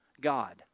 God